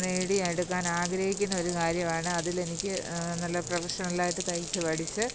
നേടിയെടുക്കാനാഗ്രഹിക്കുന്ന ഒരു കാര്യമാണ് അതിലെനിക്ക് നല്ല പ്രഫഷണലായിട്ട് തയ്ച്ച് പഠിച്ച്